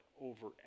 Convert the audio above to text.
over